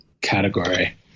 category